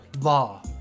law